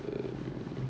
err